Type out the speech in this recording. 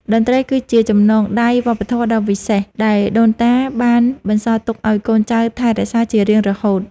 តន្ត្រីគឺជាចំណងដៃវប្បធម៌ដ៏វិសេស ដែលដូនតាបានបន្សល់ទុកឱ្យកូនចៅថែរក្សាជារៀងរហូត។